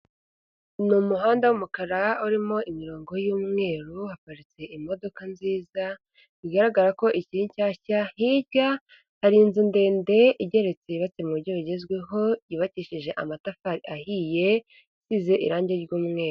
Ni umuhanda w'umukara urimo imirongo y'umweru haparitse imodoka nziza bigaragara ko ikiri nshyashya, hirya hari inzu ndende igeretse yubatse mu buryo bugezweho yubakishije amatafari ahiye isize irangi ry'umweru.